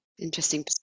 interesting